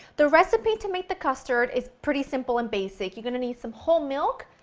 the recipe to make the custard is pretty simple and basic. you're going to need some whole milk,